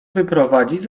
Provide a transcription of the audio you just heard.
wyprowadzić